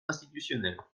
institutionnel